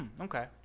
okay